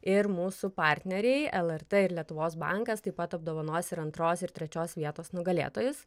ir mūsų partneriai lrt ir lietuvos bankas taip pat apdovanos ir antros ir trečios vietos nugalėtojus